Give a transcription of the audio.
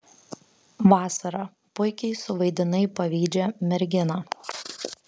vasara puikiai suvaidinai pavydžią merginą